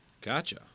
Gotcha